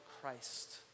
Christ